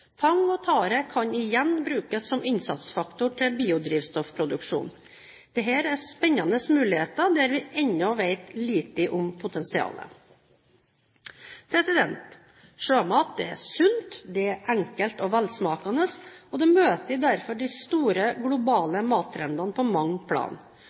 Tang og tare kan igjen brukes som innsatsfaktor til biodrivstoffproduksjon. Dette er spennende muligheter der vi ennå vet lite om potensialet. Sjømat er sunt, enkelt og velsmakende, og møter derfor de store globale mattrendene på mange plan.